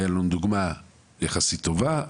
הייתה לנו דוגמא יחסית טובה,